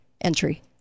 entry